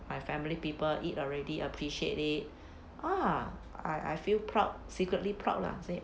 my family people eat already appreciate it ah I I feel proud secretly proud lah say